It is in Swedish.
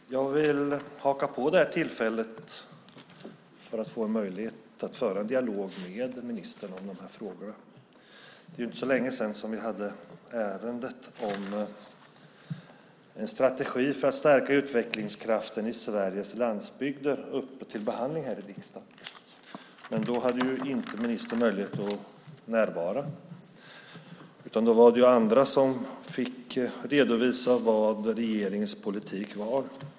Fru talman! Jag vill haka på det här tillfället för att få en möjlighet att föra en dialog med ministern om de här frågorna. Det är inte så länge sedan vi hade ärendet om en strategi för att stärka utvecklingskraften i Sveriges landsbygder uppe till behandling här i riksdagen, men då hade inte ministern möjlighet att närvara. Då var det andra som fick redovisa vad regeringens politik var.